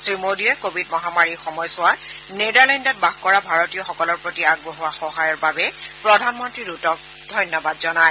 শ্ৰীমোদীয়ে কোৱিড মহামাৰীৰ সময়চোৱাত নেডাৰলেণ্ডত বাস কৰা ভাৰতীয়সকলৰ প্ৰতি আগবঢ়োৱা সহায়ৰ বাবে প্ৰধানমন্ত্ৰী ৰুটক ধন্যবাদ জনায়